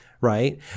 right